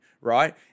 right